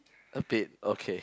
a bit okay